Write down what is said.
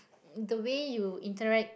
the way you interact